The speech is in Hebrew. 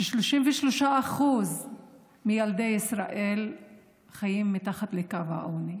כש-33% מילדי ישראל חיים מתחת לקו העוני,